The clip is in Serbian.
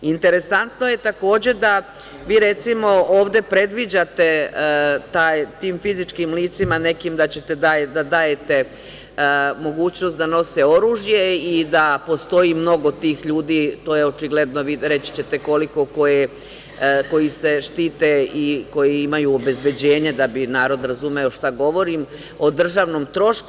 Interesantno je takođe, vi recimo, ovde predviđate tim nekim fizičkim licima da ćete da dajete mogućnost da nose oružje, i da postoji mnogo tih ljudi, to je očigledno, vi ćete reći koji se štite, i koji imaju obezbeđenje da bi narod razumeo šta govorim, o državnom trošku.